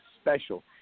special